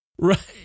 Right